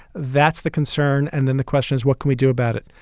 that's the concern. and then the question is, what can we do about it?